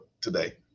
today